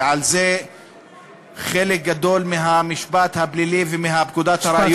ועל זה חלק גדול מהמשפט הפלילי ומפקודת הראיות,